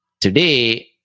today